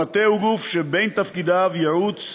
המטה הוא גוף שבין תפקידיו ייעוץ,